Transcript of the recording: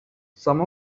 some